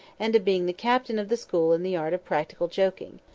and of being the captain of the school in the art of practical joking.